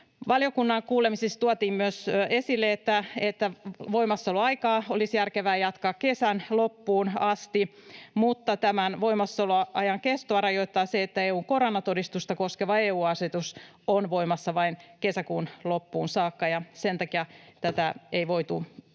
Valiokunnan kuulemisissa tuotiin myös esille, että voimassaoloaikaa olisi järkevää jatkaa kesän loppuun asti, mutta tämän voimassaoloajan kestoa rajoittaa se, että EU:n koronatodistusta koskeva EU-asetus on voimassa vain kesäkuun loppuun saakka, ja sen takia tätä ei voitu jatkaa